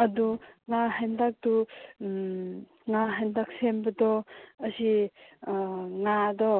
ꯑꯗꯨ ꯉꯥ ꯍꯦꯟꯇꯥꯛꯇꯨ ꯉꯥ ꯍꯦꯟꯇꯥꯛ ꯁꯦꯝꯕꯗꯣ ꯑꯁꯤ ꯉꯥꯗꯣ